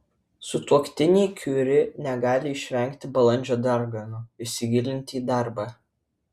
sutuoktiniai kiuri negali išvengti balandžio darganų įsigilinti į darbą